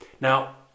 Now